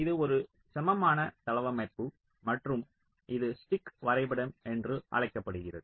இது ஒரு சமமான தளவமைப்பு மற்றும் இது ஸ்டிக் வரைபடம் என்று அழைக்கப்படுகிறது